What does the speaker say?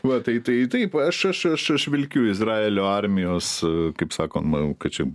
va tai tai taip aš aš aš aš vilkiu izraelio armijos kaip sakoma kad čia